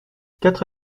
quatre